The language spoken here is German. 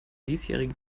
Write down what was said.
diesjährigen